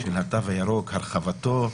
של התו הירוק, הרחבתו.